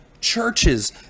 churches